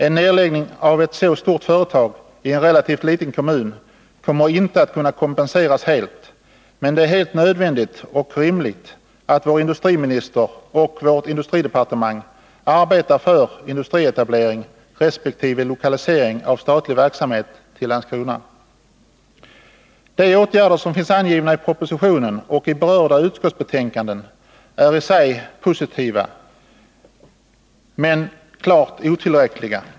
En nedläggning av ett så stort företag i en relativt liten kommun kommer inte att kunna kompenseras helt, men det är nödvändigt och rimligt att vår industriminister och vårt industridepartement arbetar för industrietablering resp. lokalisering av statlig verksamhet till Landskrona. De åtgärder som finns angivna i propositionen och i berörda utskottsbetänkanden är i sig positiva men klart otillräckliga.